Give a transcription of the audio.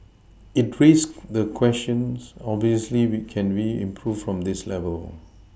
it raises the question obviously can we improve from this level